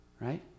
right